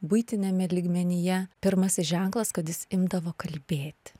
buitiniame lygmenyje pirmasis ženklas kad jis imdavo kalbėt